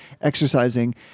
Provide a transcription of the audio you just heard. exercising